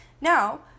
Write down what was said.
Now